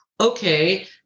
okay